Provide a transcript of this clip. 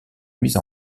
mise